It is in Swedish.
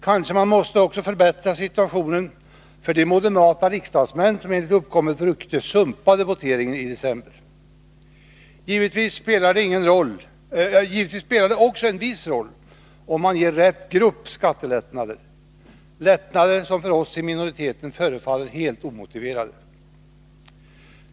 Kanske man också måste förbättra situationen för de moderata riksdagsmän som enligt uppkommet rykte ”sumpade” voteringen i december. Givetvis spelar det också en viss roll att man ger ”rätt” grupp skattelättnader, lättnader som för oss i minoriteten förefaller helt omotiverade.